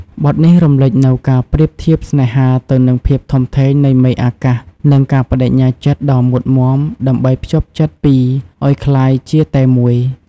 បទនេះរំលេចនូវការប្រៀបធៀបស្នេហាទៅនឹងភាពធំធេងនៃមេឃអាកាស និងការប្តេជ្ញាចិត្តដ៏មុតមាំដើម្បីភ្ជាប់ចិត្តពីរឲ្យក្លាយជាតែមួយ។